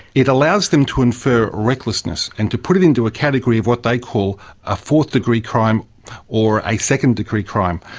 it allows them to infer recklessness and to put it into a category of what they call a fourth degree crime or a second degree crime.